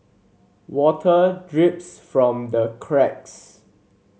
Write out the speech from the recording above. water drips from the cracks